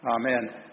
Amen